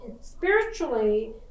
spiritually